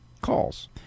calls